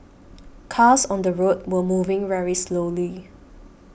cars on the road were moving very slowly